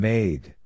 Made